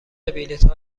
بلیتها